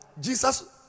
Jesus